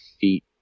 feet